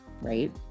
Right